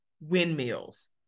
windmills